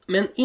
Men